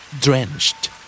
Drenched